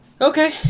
Okay